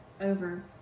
over